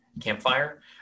campfire